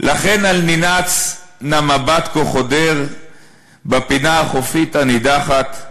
ולכן אל ננעץ נא מבט כה חודר / בפינה החופית הנידחת.